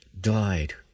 died